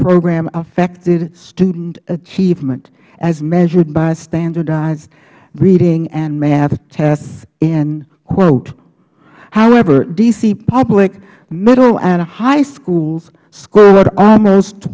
program affected student achievement as measured by standardized reading and math tests however d c public middle and high schools scored almost